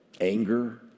Anger